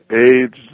AIDS